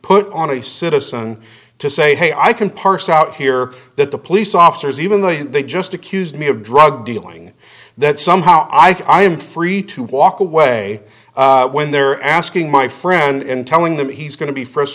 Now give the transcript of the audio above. put on any citizen to say hey i can parse out here that the police officers even though they just accused me of drug dealing that somehow i can i am free to walk away when they're asking my friend and telling them he's going to be first